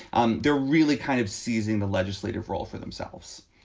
um they're really kind of seizing the legislative role for themselves